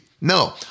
No